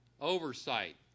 oversight